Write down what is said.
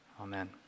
Amen